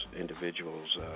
individuals